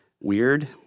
weird